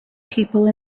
people